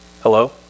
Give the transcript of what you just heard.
Hello